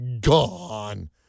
Gone